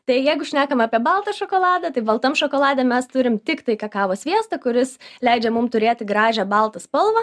tai jeigu šnekam apie baltą šokoladą tai baltam šokolade mes turim tiktai kakavos sviestą kuris leidžia mum turėti gražią baltą spalvą